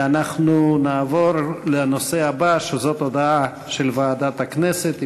אנחנו נעבור לנושא הבא: הודעה של ועדת הכנסת.